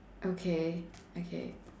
okay okay